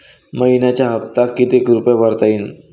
मइन्याचा हप्ता कितीक रुपये भरता येईल?